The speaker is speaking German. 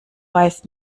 weiß